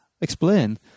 explain